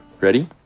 Ready